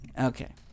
Okay